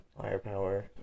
firepower